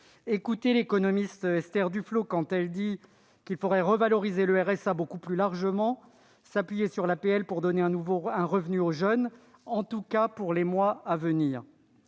Écoutez l'économiste Esther Duflo quand elle dit :« Il faudrait revaloriser le RSA beaucoup plus largement, s'appuyer sur l'APL pour donner un revenu aux jeunes, en tout cas pour les mois à venir.